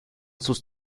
sus